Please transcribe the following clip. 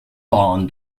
barn